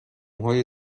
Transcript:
های